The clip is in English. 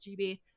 GB